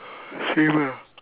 same ah